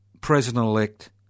President-elect